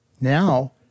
Now